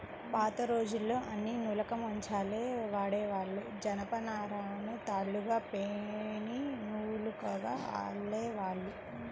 పాతరోజుల్లో అన్నీ నులక మంచాలే వాడేవాళ్ళు, జనపనారను తాళ్ళుగా పేని నులకగా అల్లేవాళ్ళు